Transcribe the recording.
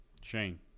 Shane